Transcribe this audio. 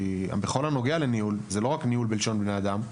כי זה לא רק ניהול בלשון בני אדם,